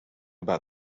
about